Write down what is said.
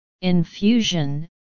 infusion